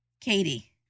Katie